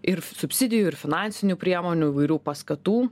ir subsidijų ir finansinių priemonių įvairių paskatų